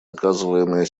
оказываемая